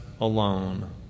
alone